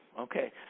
okay